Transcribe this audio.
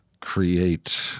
create